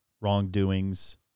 wrongdoings